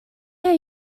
are